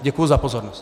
Děkuji za pozornost.